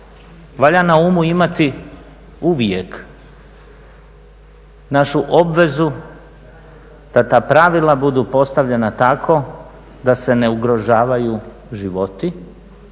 valja na umu imati uvijek našu obvezu da ta pravila budu postavljena tako da se ne ugrožavaju životi